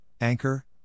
Anchor